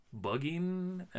bugging